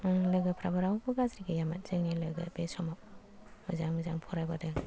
लोगोफ्राबो रावबो गाज्रि गैयामोन जोंनि लोगो बे समाव मोजां मोजां फरायबोदों